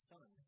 Son